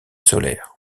solaire